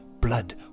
blood